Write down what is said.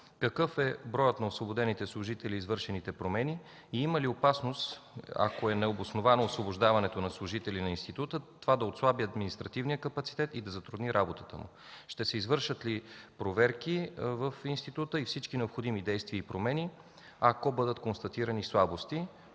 какъв е броя на освободените служители и извършените промени и има ли опасност, ако освобождаването на служители на института е необосновано, това да отслаби административния капацитет и да затрудни работата му? Ще се извършат ли проверки в института и всички необходими действия и промени, ако бъдат констатирани слабости?